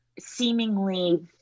seemingly